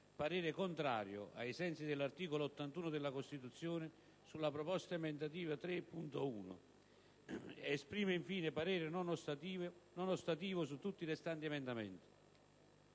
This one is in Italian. parere contrario, ai sensi dell'articolo 81 della Costituzione, sulla proposta emendativa 3.1. Esprime, infine, parere non ostativo su tutti i restanti emendamenti».